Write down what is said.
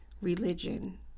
religion